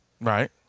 right